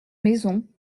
maison